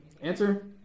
answer